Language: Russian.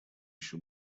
еще